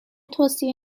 توصیه